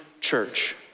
church